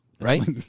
Right